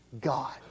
God